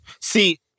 See